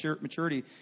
Maturity